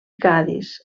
cadis